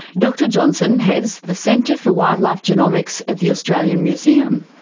dr johnson heads the centre for wildlife genomics at the australian museum.